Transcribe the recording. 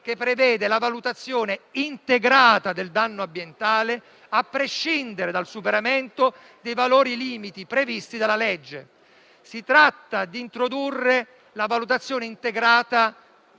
che prevede la valutazione integrata del danno ambientale a prescindere dal superamento dei valori limite previsti dalla legge. Si tratta di introdurre la valutazione integrata